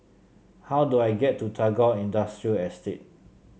how do I get to Tagore Industrial Estate